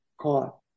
caught